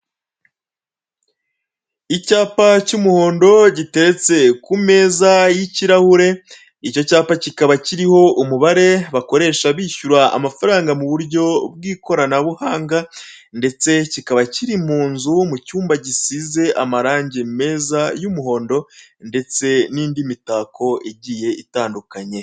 Icyapa cy'umuhondo giteretse ku meza y'kirahure, icyo cyapa kikaba kiriho umubare bakoresha bishyura amafaranga mu buryo bw'ikoranabuhanga ndetse kikaba kiri mu nzu mu cyumba gisize amarangi meza y'umuhondo ndetse n'indi mitako igiye itandukanye.